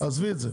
עזבי את זה.